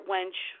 Wench